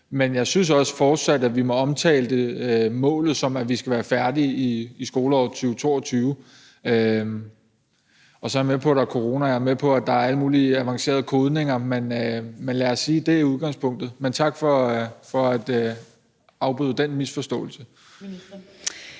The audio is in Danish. Men jeg synes også fortsat, at vi må omtale målet sådan, at vi skal være færdige i skoleåret 2022 – og så er jeg med på, at der er corona, og jeg er med på, at der er alle mulige avancerede kodninger. Men lad os sige, at det er udgangspunktet. Og tak for at opklare den misforståelse.